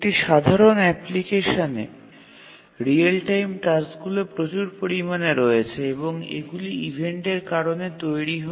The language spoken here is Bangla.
একটি সাধারণ অ্যাপ্লিকেশনে রিয়েল টাইম টাস্কগুলি প্রচুর পরিমাণে রয়েছে এবং এগুলি ইভেন্টের কারণে তৈরি হয়